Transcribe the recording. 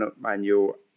manual